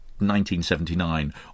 1979